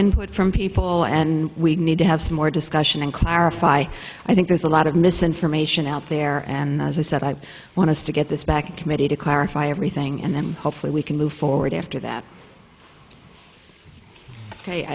input from people and we need to have some more discussion and clarify i think there's a lot of misinformation out there and as i said i want to stick at this back committee to clarify everything and then hopefully we can move forward after that